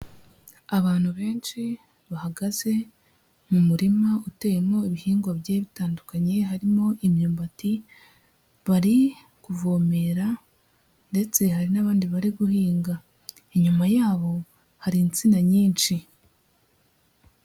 Abantu benshi bahagaze mu murima uteyemo ibihingwa bigiye bitandukanye harimo imyumbati bari kuvomera ndetse hari n'abandi bari guhinga, inyuma yabo hari insina nyinshi.